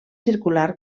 circular